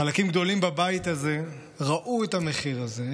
חלקים גדולים בבית הזה ראו את המחיר הזה,